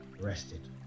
rested